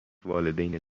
والدین